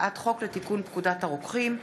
הצעת חוק לתיקון פקודת הרוקחים (מס'